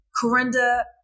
Corinda